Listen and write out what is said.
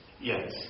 Yes